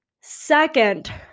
Second